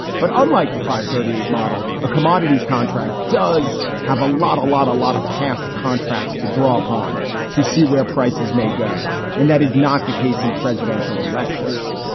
but unlike the five thirty eight model, a commodities contract does have a lot, a lot, a lot of past contracts to draw upon to see where prices may go. and that is not the case in presidential elections.